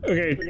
Okay